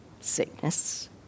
sickness